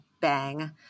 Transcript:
bang